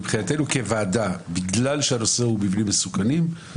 מבחינתנו, כוועדה, בגלל שהנושא הוא מבנים מסוכנים,